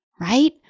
right